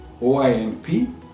OINP